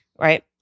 right